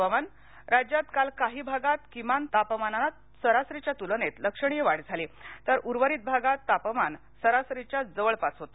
हवामान राज्यात काल काही भागात किमान तापमानात सरासरीच्या तुलनेत लक्षणीय वाढ झाली तर उर्वरित भागात तापमान सरासरीच्या जवळपास होत